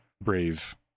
brave